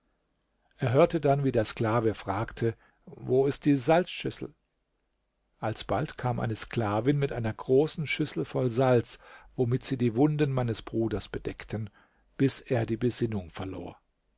er hörte dann wie der sklave fragte wo ist die salzschüssel alsbald kam eine sklavin mit einer großen schüssel voll salz womit sie die wunden meines bruders bedeckten bis er die besinnung verlor